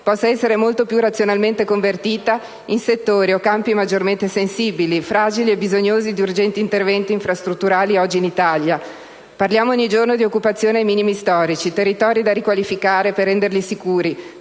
possa essere molto più razionalmente convertita in settori o campi maggiormente sensibili, fragili e bisognosi di urgenti interventi infrastrutturali oggi in Italia. Parliamo ogni giorno di occupazione ai minimi storici, territori da riqualificare per renderli sicuri,